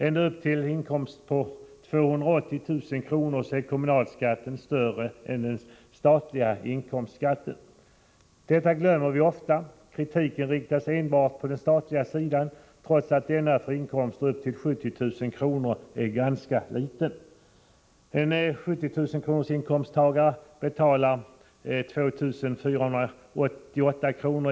Ända upp till en inkomstnivå på 280 000 kr. är kommunalskatten större än den statliga inkomstskatten. Detta glömmer vi ofta bort. Kritiken riktas enbart på den statliga skatten, trots att denna för inkomster upp till 70 000 är ganska liten. En inkomsttagare med 70 000 kr. inkomst betalar 2 488 kr.